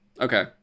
Okay